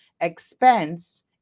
expense